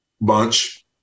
Bunch